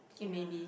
okay maybe